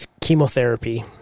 chemotherapy